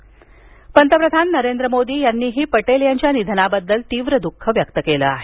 मोदी पटेल पंतप्रधान नरेंद्र मोदी यांनीही पटेल यांच्या निधनाबद्दल तीव्र दुःख व्यक्त केलं आहे